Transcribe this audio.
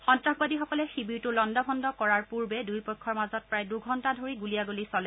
সন্তাসবাদীসকলে শিৱিৰটো লণ্ড ভণ্ড কৰাৰ পূৰ্বে দুয়োপক্ষৰ মাজত প্ৰায় দুঘণ্টা ধৰি গুলীয়াগুলী চলে